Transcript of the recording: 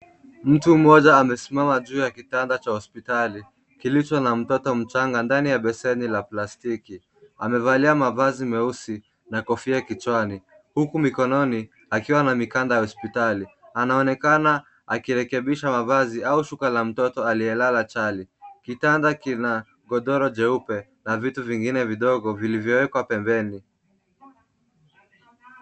MTU mmoja amesimama juu ya kitanda cha hospitali kilicho Na mtoto mchanga ndani ya beseni la plastiki amevalia mavazi meusi na kofia kichwani huku mikononi akiwa Na mikanda ya hospitali anaonekana akirekebisha mavazi au Shuka la mtoto alie lala chali kitanda kina godoro jeupe Na vitu vingine vidogo vilivyo wekwa pembeni.